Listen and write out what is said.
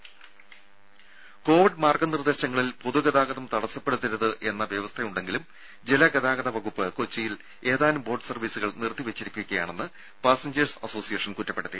ദേദ കോവിഡ് മാർഗ്ഗനിർദ്ദേശങ്ങളിൽ പൊതു ഗതാഗതം തടസ്സപ്പെടുത്തരുതെന്ന വ്യവസ്ഥ ഉണ്ടെങ്കിലും ജല ഗതാഗത വകുപ്പ് കൊച്ചിയിൽ ഏതാനും ബോട്ട് സർവ്വീസുകൾ നിർത്തി വെച്ചിരിക്കുകയാണെന്ന് പാസഞ്ചേഴ്സ് അസോസിയേഷൻ കുറ്റപ്പെടുത്തി